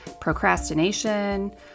procrastination